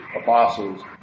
apostles